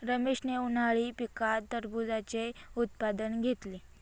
रमेशने उन्हाळी पिकात टरबूजाचे उत्पादन घेतले